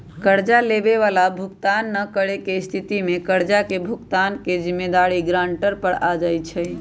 कर्जा लेबए बला भुगतान न करेके स्थिति में कर्जा के भुगतान के जिम्मेदारी गरांटर पर आ जाइ छइ